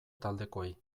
taldekoei